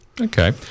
Okay